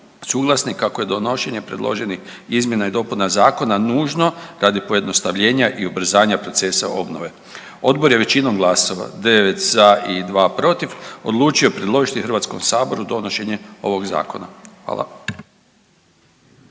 suglasni kako je donošenje predloženih izmjena i dopuna zakona nužno radi pojednostavljenja i ubrzanja procesa obnove. Odbor je većinom glasova 9 za i 2 protiv odlučio predložiti Hrvatskom saboru donošenje ovog zakona. Hvala.